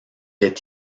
est